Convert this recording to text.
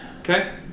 Okay